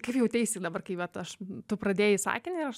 kaip jauteisi dabar kai vat aš tu pradėjai sakinį o aš